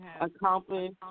accomplished